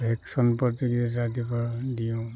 ভেকশ্যন প্ৰতিযোগীতা দিব দিওঁ